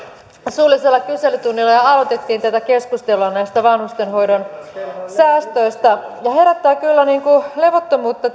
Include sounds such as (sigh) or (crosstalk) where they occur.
suullisella kyselytunnilla jo aloitettiin tätä keskustelua vanhustenhoidon säästöistä ja tämä yhtälö herättää kyllä levottomuutta (unintelligible)